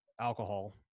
alcohol